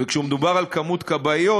וכשמדובר על כמות כבאיות,